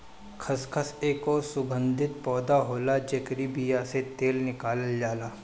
खसखस एगो सुगंधित पौधा होला जेकरी बिया से तेल निकालल जाला